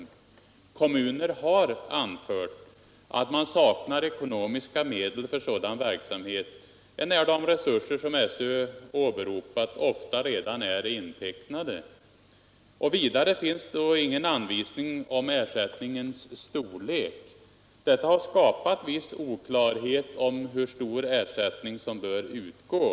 f Torsdagen den Kommuner har anfört att man saknar ekonomiska medel för en sådan 9 december 1976 verksamhet, enär de resurser SÖ åberopat ofta redan är intecknade. Det finns inte heller någon anvisning om ersättningens storlek. Detta — Om de politiska har skapat viss oklarhet om hur stor ersättning som bör utgå.